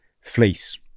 fleece